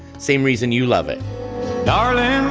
same reason you love it darling.